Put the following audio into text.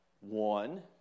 One